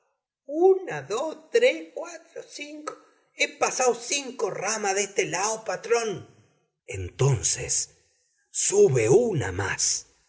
una do tré cuato sinco he pasao sinco ramas de este lao patrón entonces sube una más